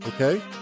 Okay